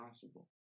possible